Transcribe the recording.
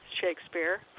Shakespeare